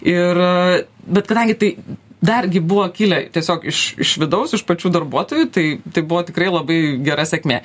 ir bet kadangi tai dar gi buvo kilę tiesiog iš iš vidaus iš pačių darbuotojų tai tai buvo tikrai labai gera sėkmė